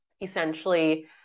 essentially